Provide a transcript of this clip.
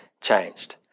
changed